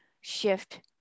shift